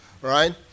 right